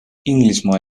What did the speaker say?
inglismaa